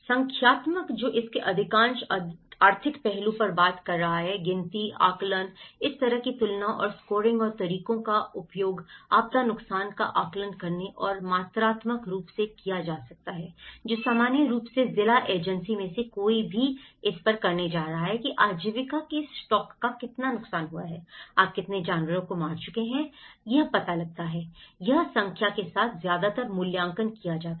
संख्यात्मक जो इसके अधिकांश आर्थिक पहलू पर बात कर रहा है गिनती आकलन इस तरह की तुलना और स्कोरिंग और तरीकों का उपयोग आपदा नुकसान का आकलन करने और मात्रात्मक रूप से किया जा सकता है जो सामान्य रूप से जिला एजेंसी में से कोई भी इस पर करने जा रहा है कि आजीविका के स्टॉक का कितना नुकसान हुआ है आप कितने जानवरों को मार चुके हैं पता है यह संख्या के साथ ज्यादातर मूल्यांकन किया जाता है